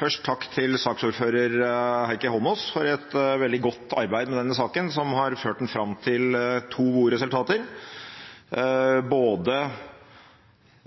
Først takk til saksordfører Heikki Eidsvoll Holmås for et veldig godt arbeid med denne saken, som har ført den fram til to gode resultater – både